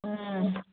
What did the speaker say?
ꯎꯝ